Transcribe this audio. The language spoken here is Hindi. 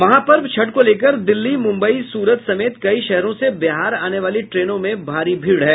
महापर्व छठ को लेकर दिल्ली मुंबई सूरत समेत कई शहरों से बिहार आनेवाली ट्रेनों में भारी भीड़ है